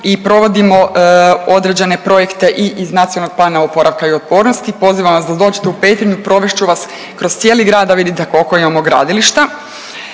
i provodimo određene projekte i iz NPOO-a. Pozivam vas da dođete u Petrinju, provest ću vas kroz cijeli grad da vidimo koliko imamo gradilišta.